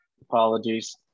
Apologies